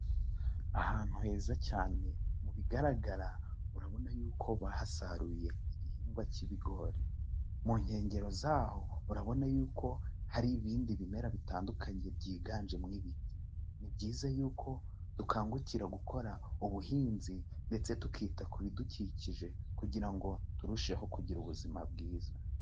Ahantu heza cyane mu bigaragara urabona y'uko bahasaruye igihingwa k'ibigori, mu nkengero z'aho urabona y'uko hari ibindi bimera bitandukanye byiganjemo ibiti, ni byiza y'uko dukangukira gukora ubuhinzi ndetse tukita ku bidukikije kugira ngo turusheho kugira ubuzima bwiza.